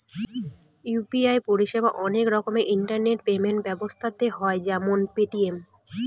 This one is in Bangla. ইউ.পি.আই পরিষেবা অনেক রকমের ইন্টারনেট পেমেন্ট ব্যবস্থাতে হয় যেমন পেটিএম